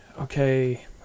okay